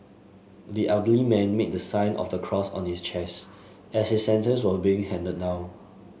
the elderly man made the sign of the cross on his chest as his sentence was being handed down